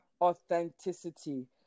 authenticity